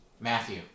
Matthew